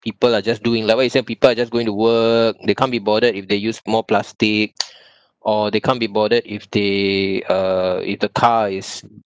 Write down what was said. people are just doing like what you said people are just going to work they can't be bothered if they use more plastic or they can't be bothered if they uh if the car is